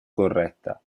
corretta